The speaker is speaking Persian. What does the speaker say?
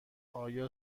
آیا